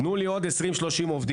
תנו לי עוד 20-30 עובדים.